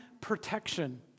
protection